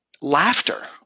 laughter